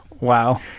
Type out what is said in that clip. Wow